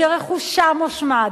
שרכושם הושמד,